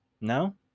No